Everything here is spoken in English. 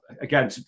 again